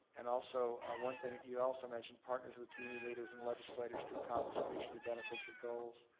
and also one thing that you also mentioned, partners with community leaders and legislators to accomplish mutually beneficial goals.